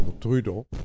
Trudeau